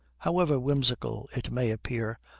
however whimsical it may appear,